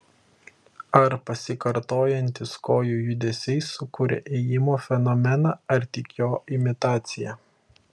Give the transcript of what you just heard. ar pasikartojantys kojų judesiai sukuria ėjimo fenomeną ar tik jo imitaciją